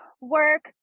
work